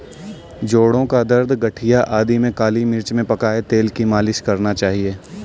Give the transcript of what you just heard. जोड़ों का दर्द, गठिया आदि में काली मिर्च में पकाए तेल की मालिश करना चाहिए